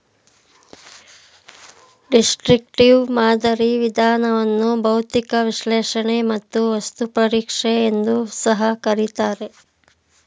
destructive ಮಾದರಿ ವಿಧಾನವನ್ನು ಬೌದ್ಧಿಕ ವಿಶ್ಲೇಷಣೆ ಮತ್ತು ವಸ್ತು ಪರೀಕ್ಷೆ ಎಂದು ಸಹ ಕರಿತಾರೆ